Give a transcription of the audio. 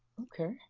Okay